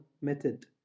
method